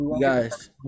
Guys